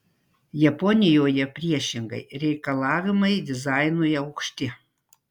japonijoje priešingai reikalavimai dizainui aukšti